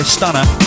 Stunner